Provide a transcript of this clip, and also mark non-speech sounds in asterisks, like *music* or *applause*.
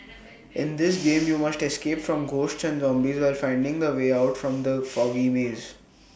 in this *noise* game you must escape from ghosts and zombies while finding the way out from the foggy maze